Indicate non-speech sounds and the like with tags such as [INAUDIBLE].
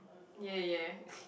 ya ya [NOISE]